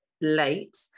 late